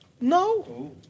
No